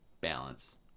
balance